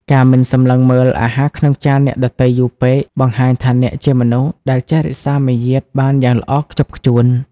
ការមិនសម្លឹងមើលអាហារក្នុងចានអ្នកដទៃយូរពេក បង្ហាញថាអ្នកជាមនុស្សដែលចេះរក្សាមារយាទបានយ៉ាងល្អខ្ជាប់ខ្ជួន។